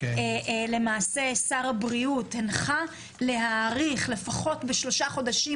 למעשה שר הבריאות הנחה להאריך לפחות בשלושה חודשים